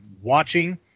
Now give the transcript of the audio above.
watching